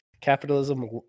Capitalism